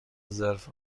ظرف